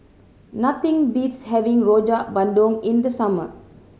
nothing beats having Rojak Bandung in the summer